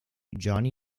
johnny